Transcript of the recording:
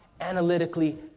analytically